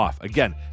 Again